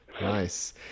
Nice